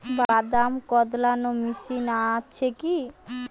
বাদাম কদলানো মেশিন আছেকি?